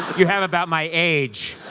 you have about my age,